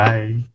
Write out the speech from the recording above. Bye